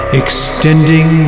extending